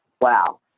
Wow